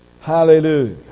Hallelujah